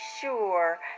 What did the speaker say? sure